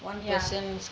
yeah